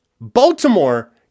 Baltimore